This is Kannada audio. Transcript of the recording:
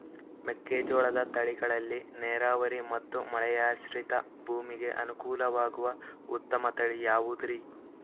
ಮೆಕ್ಕೆಜೋಳದ ತಳಿಗಳಲ್ಲಿ ನೇರಾವರಿ ಮತ್ತು ಮಳೆಯಾಶ್ರಿತ ಭೂಮಿಗೆ ಅನುಕೂಲವಾಗುವ ಉತ್ತಮ ತಳಿ ಯಾವುದುರಿ?